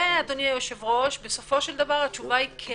אדוני היושב-ראש, בסופו של דבר התשובה היא כן.